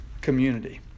community